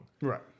Right